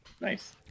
Nice